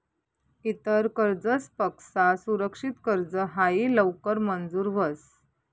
इतर कर्जसपक्सा सुरक्षित कर्ज हायी लवकर मंजूर व्हस